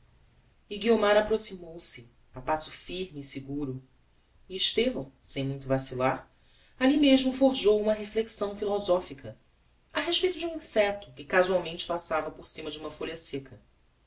e guiomar approximou-se a passo firme e seguro e estevão sem muito vacillar alli mesmo forjou uma reflexão philosophica a respeito de um insecto que casualmente passava por cima de uma folha secca